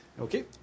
Okay